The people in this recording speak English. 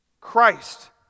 Christ